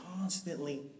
constantly